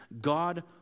God